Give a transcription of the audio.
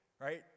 right